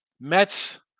Mets